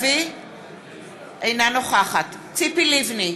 אינה נוכחת ציפי לבני,